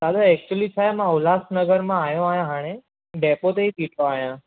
दादा एक्चुली छा आहे मां उल्हास नगर मां आयो आहियां हाणे डेपो ते ई बीठो आहियां